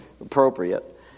appropriate